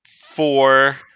Four